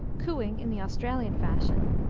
cooing in the australian fashion,